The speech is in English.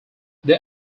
they